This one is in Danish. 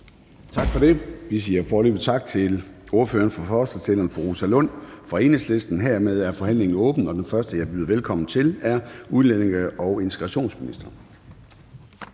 Gade): Vi siger foreløbig tak til ordføreren for forslagsstillerne, fru Rosa Lund fra Enhedslisten. Hermed er forhandlingen åbnet, og den første, jeg byder velkommen til, er udlændinge- og integrationsministeren.